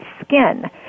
skin